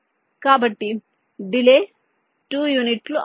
కాబట్టి డిలే 2 యూనిట్లు అవుతుంది